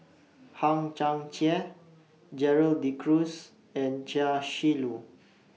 Hang Chang Chieh Gerald De Cruz and Chia Shi Lu